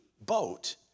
boat